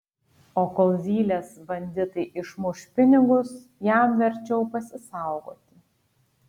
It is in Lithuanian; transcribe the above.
o kol zylės banditai išmuš pinigus jam verčiau pasisaugoti